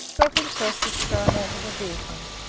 gog himself was thrown out of the vehicle,